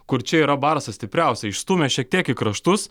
kur čia yra barsa stipriausia išstūmė šiek tiek kraštus